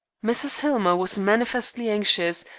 mrs. hillmer was manifestly anxious,